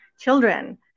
children